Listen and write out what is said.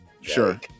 sure